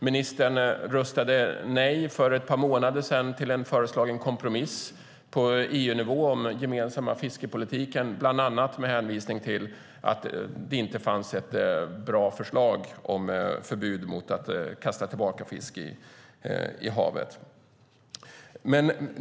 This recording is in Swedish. Ministern röstade för ett par månader sedan nej på EU-nivå till en föreslagen kompromiss om den gemensamma fiskepolitiken, bland annat med hänvisning till att det inte fanns ett bra förslag om förbud mot att kasta tillbaka fisk i havet.